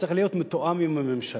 שצריך להיות מתואם עם הממשלה.